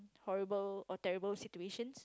horrible or terrible situations